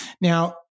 Now